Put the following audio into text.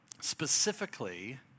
specifically